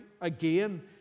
again